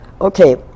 Okay